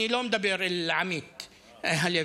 אני לא מדבר לעמית הלוי,